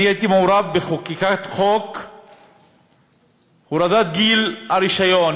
אני הייתי מעורב בחקיקת חוק הורדת גיל הרישיון,